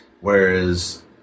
Whereas